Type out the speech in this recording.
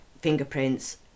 fingerprints